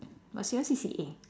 what's your C_C_A